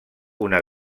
una